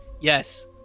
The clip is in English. Yes